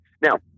Now